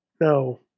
No